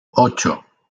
ocho